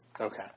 Okay